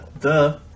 duh